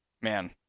Man